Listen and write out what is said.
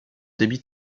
débit